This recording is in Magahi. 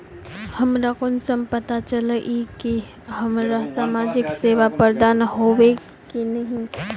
हमरा कुंसम पता चला इ की हमरा समाजिक सेवा प्रदान होबे की नहीं?